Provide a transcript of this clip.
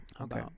Okay